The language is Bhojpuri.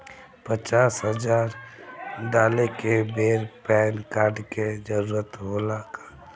पचास हजार डाले के बेर पैन कार्ड के जरूरत होला का?